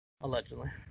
Allegedly